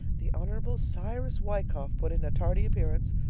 the hon. cyrus wykoff put in a tardy appearance,